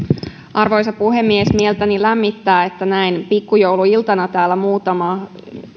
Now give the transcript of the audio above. arvoisa puhemies mieltäni lämmittää että näin pikkujouluiltana täällä muutama